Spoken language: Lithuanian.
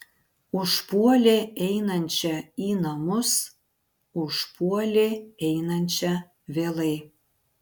užpuolė einančią į namus užpuolė einančią vėlai